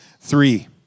three